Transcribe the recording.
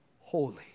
holy